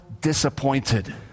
disappointed